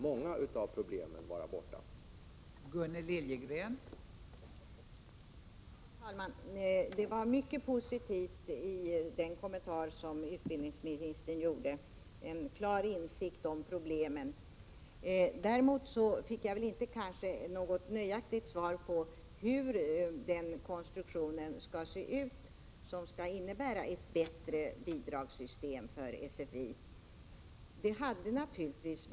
Många av problemen skulle därigenom försvinna.